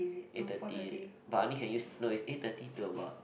eight thirty but only can use no is eight thirty two about